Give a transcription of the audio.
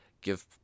Give